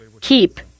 keep